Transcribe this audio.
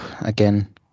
Again